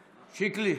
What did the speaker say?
שיקלי,